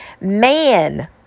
Man